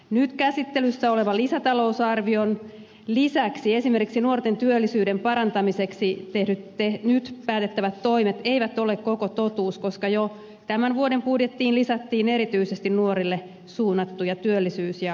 nyt käsittelyssä olevan lisätalousarvion lisäksi esimerkiksi nuorten työllisyyden parantamiseksi nyt päätettävät toimet eivät ole koko totuus koska jo tämän vuoden budjettiin lisättiin erityisesti nuorille suunnattuja työllisyys ja koulutustoimia